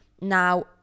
Now